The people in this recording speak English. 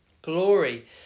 Glory